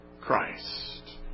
Christ